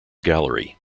gallery